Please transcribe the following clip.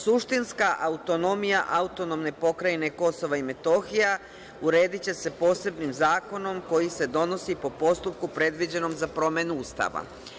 Suštinska autonomija Autonomne Pokrajine Kosovo i Metohija urediće se posebnim zakonom koji se donosi po postupku predviđenom za promenu Ustava.